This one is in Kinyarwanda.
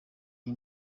iyi